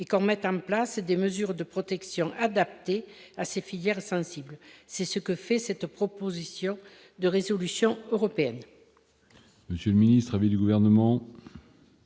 et qu'en mettant en place des mesures de protection adaptée à ces filières sensible, c'est ce que fait cette proposition de résolution européenne.